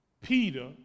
Peter